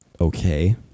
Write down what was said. okay